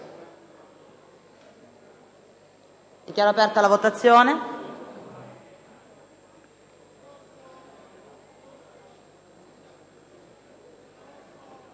Dichiaro aperta la votazione.